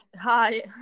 hi